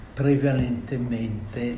prevalentemente